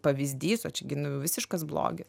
pavyzdys o čia visiškas blogis